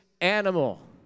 animal